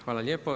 Hvala lijepo.